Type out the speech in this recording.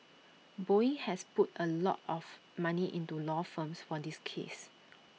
boeing has put A lot of money into law firms for this case